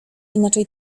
inaczej